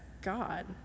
God